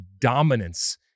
dominance